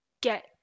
get